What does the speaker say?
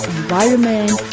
environment